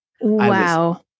Wow